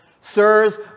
Sirs